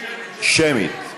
שמית.